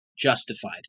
justified